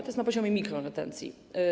To jest na poziomie mikroretencji.